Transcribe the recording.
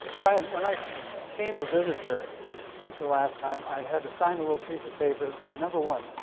brian, when i came to visit here the last time, i had to sign a little piece of paper that said, number one,